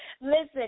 Listen